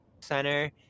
center